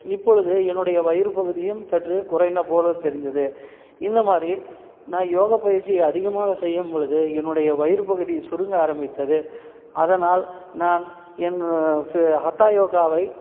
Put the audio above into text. இப்பொழுது என்னுடைய வயிறு பகுதியும் சற்று குறைந்தார் போல் தெரிஞ்சுது இந்த மாதிரி நான் யோகா பயிற்சியை அதிகமாக செய்யம்பொழுது என்னுடைய வயிறுப் பகுதி சுருங்க ஆரம்பித்தது அதனால் நான் என் ஃபு ஹதா யோகாவை